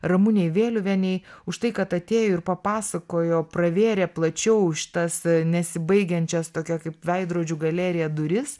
ramunei vėliuvienei už tai kad atėjo ir papasakojo pravėrė plačiau šitas nesibaigiančias tokia kaip veidrodžių galerija duris